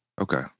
okay